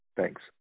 Thanks